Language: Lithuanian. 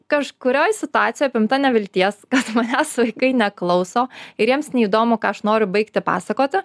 kažkurioj situacijoj apimta nevilties kad manęs vaikai neklauso ir jiems neįdomu ką aš noriu baigti pasakoti